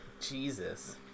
Jesus